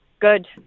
good